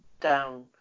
down